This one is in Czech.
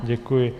Děkuji.